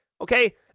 okay